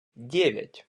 девять